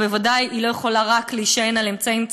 ודאי שהיא לא יכולה רק להישען על אמצעים צבאיים,